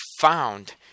found